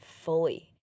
fully